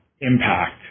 impact